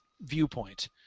viewpoint